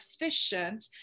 efficient